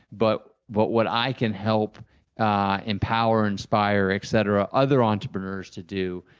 but what what i can help ah empower, inspire etc, other entrepreneurs to do,